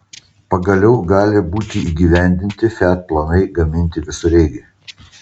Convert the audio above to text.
pagaliau gali būti įgyvendinti fiat planai gaminti visureigį